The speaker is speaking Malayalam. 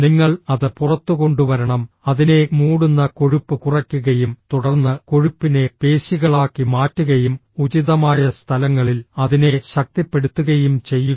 നിങ്ങൾ അത് പുറത്തുകൊണ്ടുവരണം അതിനെ മൂടുന്ന കൊഴുപ്പ് കുറയ്ക്കുകയും തുടർന്ന് കൊഴുപ്പിനെ പേശികളാക്കി മാറ്റുകയും ഉചിതമായ സ്ഥലങ്ങളിൽ അതിനെ ശക്തിപ്പെടുത്തുകയും ചെയ്യുക